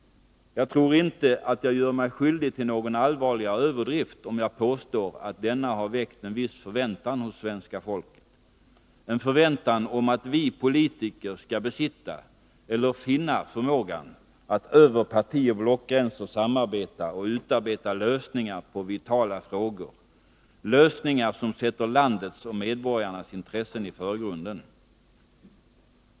Jag tror inte att jag gör mig skyldig till någon allvarligare överdrift om jag påstår att denna har väckt en viss förväntan hos svenska folket, en förväntan om att vi politiker skall besitta eller finna förmågan att över partioch blockgränser samarbeta och utarbeta lösningar i vitala frågor som sätter landets och medborgarnas intressen i förgrunden.